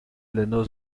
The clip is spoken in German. länder